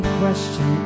question